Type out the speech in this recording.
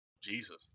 Jesus